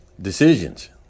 Decisions